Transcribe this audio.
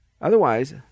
Otherwise